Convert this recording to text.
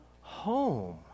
home